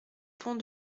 pont